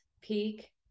peak